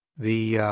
the